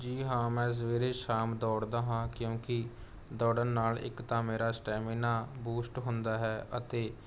ਜੀ ਹਾਂ ਮੈਂ ਸਵੇਰੇ ਸ਼ਾਮ ਦੌੜਦਾ ਹਾਂ ਕਿਉਂਕਿ ਦੌੜਨ ਨਾਲ ਇੱਕ ਤਾਂ ਮੇਰਾ ਸਟੈਮਿਨਾ ਬੂਸਟ ਹੁੰਦਾ ਹੈ ਅਤੇ